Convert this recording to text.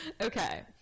Okay